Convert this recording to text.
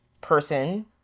person